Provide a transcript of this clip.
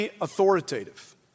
authoritative